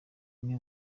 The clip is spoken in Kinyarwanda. imwe